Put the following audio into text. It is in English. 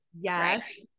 Yes